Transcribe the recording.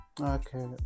Okay